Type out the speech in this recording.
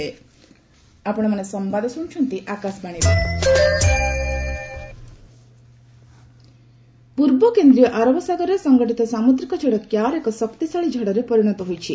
cyclone Kyarr ପୂର୍ବ କେନ୍ଦ୍ରୀୟ ଆରବ ସାଗରରେ ସଂଗଠିତ ସାମୁଦ୍ରିକ ଝଡ଼ କ୍ୟାର୍ ଏକ ଶକ୍ତିଶାଳୀ ଝଡ଼ରେ ପରିଣତ ହୋଇଛି